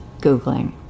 Googling